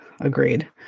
Agreed